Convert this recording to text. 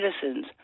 citizens